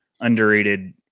underrated